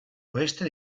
oeste